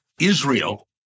Israel